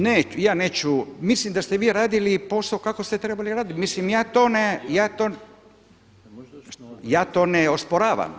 Ne, ja neću, mislim da ste vi radili posao kako ste trebali raditi, mislim ja to, ja to ne osporavam.